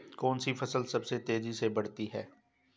कौनसी फसल सबसे तेज़ी से बढ़ती है?